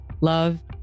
love